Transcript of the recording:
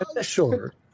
sure